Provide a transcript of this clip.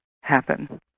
happen